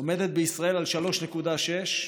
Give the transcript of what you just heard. עומד בישראל על 3.6,